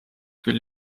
küll